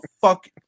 fuck